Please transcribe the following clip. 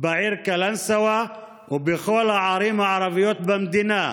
בעיר קלנסווה ובכל הערים הערביות במדינה.